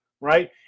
Right